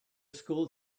school